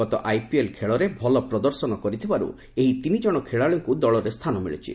ଗତ ଆଇପିଏଲ୍ ଖେଳରେ ଭଲ ପ୍ରଦର୍ଶନ କରିଥିବାରୁ ଏହି ତିନି ଜଣ ଖେଳାଳିଙ୍କୁ ଦଳରେ ସ୍ଥାନ ମିଳିଛି